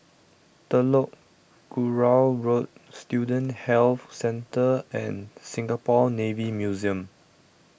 Telok Kurau Road Student Health Centre and Singapore Navy Museum